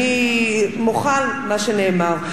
אני מוחה על מה שנאמר.